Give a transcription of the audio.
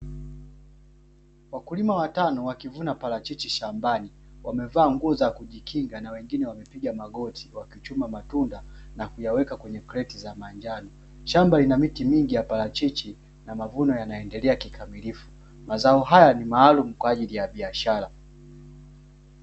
Wakulima watano wakilima parachichi shambani wamevaa nguo za kujikinga na wengine wamepiga magoti, wakichuma matunda na kuyaweka kwenye kreti za manjano. Shamba lina miti mingi ya maparachichi na mavuno yanaendelea kikamilifu. Mazao haya ni maalumu kwa ajili ya biashara.